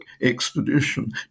expedition